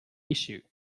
issue